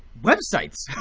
websites.